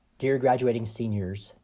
dear graduating seniors,